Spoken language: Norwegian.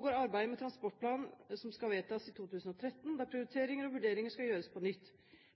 arbeidet med transportplanen som skal vedtas i 2013, der prioriteringer og vurderinger skal gjøres på nytt.